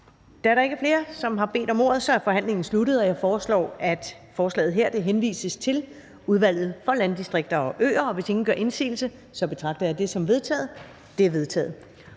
Da der ikke er flere, der har bedt om ordet, er forhandlingen sluttet. Jeg foreslår, at forslaget til folketingsbeslutning henvises til Udvalget for Landdistrikter og Øer. Hvis ingen gør indsigelse, betragter jeg dette som vedtaget. Det er vedtaget.